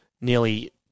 nearly